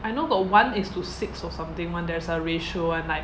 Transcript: I know got one is to six or something one there's a ratio [one] like